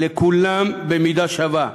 לכולם במידה שווה,